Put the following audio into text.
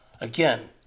again